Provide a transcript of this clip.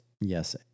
yes